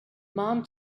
mom